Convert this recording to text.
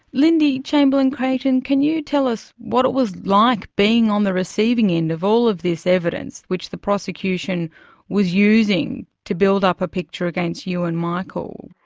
lindy chamberlain-creighton, can you tell us what it was like being on the receiving end of all of this evidence, which the prosecution was using to build up a picture against you and michael.